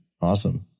Awesome